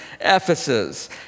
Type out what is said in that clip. Ephesus